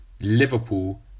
Liverpool